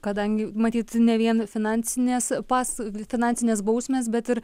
kadangi matyt ne vien finansinės pas finansinės bausmės bet ir